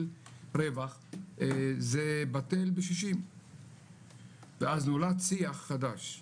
רווח זה בטל בשישים ואז נולד שיח חדש,